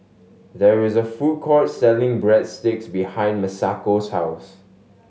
there is a food court selling Breadsticks behind Masako's house